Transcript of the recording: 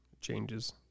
Changes